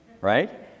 right